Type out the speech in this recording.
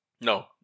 No